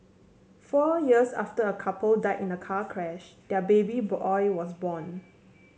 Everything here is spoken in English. four years after a couple died in a car crash their baby boy was born